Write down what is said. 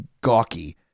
gawky